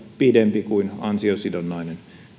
pidempi kuin ansiosidonnainen